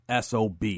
SOB